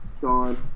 Sean